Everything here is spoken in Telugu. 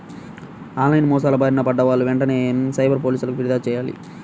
ఆన్ లైన్ మోసాల బారిన పడ్డ వాళ్ళు వెంటనే సైబర్ పోలీసులకు పిర్యాదు చెయ్యాలి